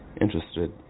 interested